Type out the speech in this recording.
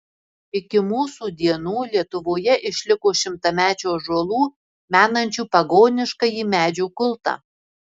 iki mūsų dienų lietuvoje išliko šimtamečių ąžuolų menančių pagoniškąjį medžių kultą